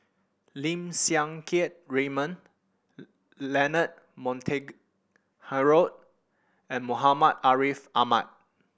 Lim Siang Keat Raymond Leonard Montague Harrod and Muhammad Ariff Ahmad